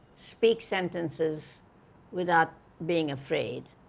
speak sentences without being afraid,